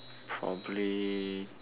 probably